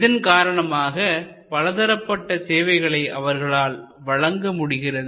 இதன் காரணமாக பலதரப்பட்ட சேவைகளை அவர்களால் வழங்க முடிகிறது